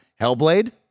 Hellblade